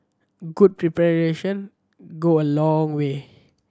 good preparations go a long way